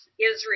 Israel